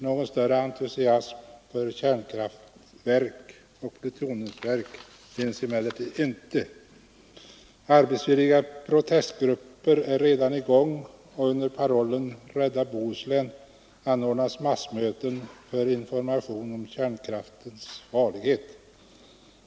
Någon större entusiasm för kärnkraftverk med plutoniumdrift finns dock inte. Energiska protestgrupper är redan i gång, och under parollen ”Rädda Bohuslän” anordnas massmöten för information om kärnkraftverkens farlighet.